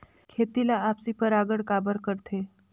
खेती ला आपसी परागण काबर करथे?